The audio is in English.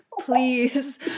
please